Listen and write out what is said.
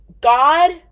God